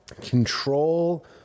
control